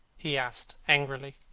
he asked, angrily.